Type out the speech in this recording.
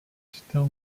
still